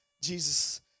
Jesus